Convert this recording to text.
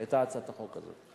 את הצעת החוק הזאת.